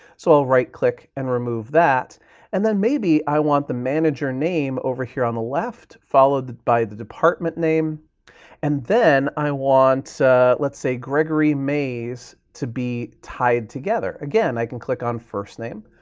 so i'll right click and remove that and then maybe i want the manager name over here on the left followed by the department name and then i want let's say gregory mays to be tied together. again, i can click on first name,